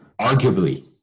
Arguably